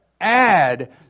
add